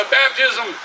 baptism